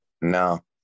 No